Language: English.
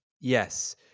yes